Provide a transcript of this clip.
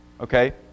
Okay